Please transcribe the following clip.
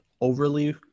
overly